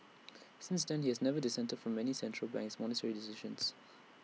since then he has never dissented from any of central bank's monetary decisions